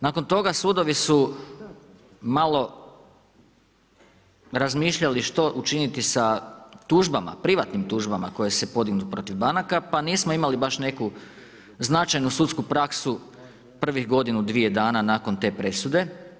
Nakon toga, sudovi su malo razmišljali što učiniti sa tužbama, privatnim tužbama koje su podignute protiv banaka, pa nismo imali baš neku značajnu sudsku praksu prvih godinu, dvije dana, nakon te presude.